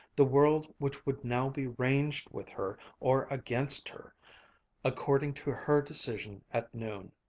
the world which would now be ranged with her or against her according to her decision at noon,